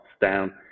down